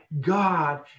God